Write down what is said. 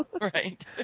Right